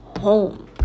home